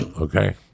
Okay